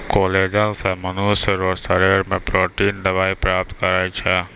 collagen से मनुष्य रो शरीर से प्रोटिन दवाई प्राप्त करै छै